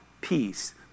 peace